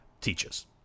teaches